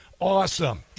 Awesome